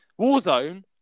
Warzone